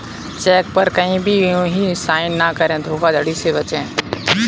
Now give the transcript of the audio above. check पर कहीं भी यू हीं साइन न करें धोखाधड़ी से बचे